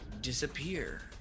disappear